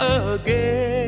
again